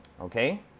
Okay